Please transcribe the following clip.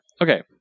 Okay